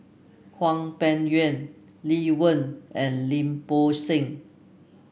Hwang Peng Yuan Lee Wen and Lim Bo Seng